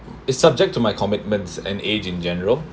it's subject to my commitments and age in general